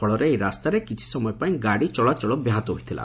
ଫଳରେ ଏହି ରାସ୍ତାରେ କିଛିସମୟ ପାଇଁ ଗାଡ଼ି ଚଳାଚଳ ବ୍ୟାହତ ହୋଇଥିଲା